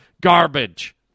Garbage